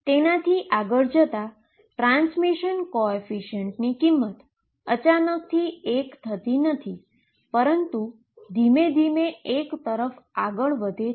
તેનાથી આગળ જતાં ટ્રાન્સમીશન કોએફીશીઅન્ટ ની કિંમત અચાનકથી એક થતી નથી પરંતુ ધીમે ધીમે એક તરફ આગળ વધે છે